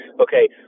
okay